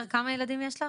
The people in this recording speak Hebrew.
כמה ילדים יש לך?